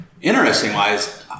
Interesting-wise